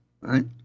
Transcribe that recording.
right